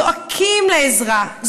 זועקים לעזרה,